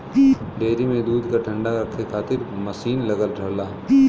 dairy में दूध क ठण्डा रखे खातिर मसीन लगल रहला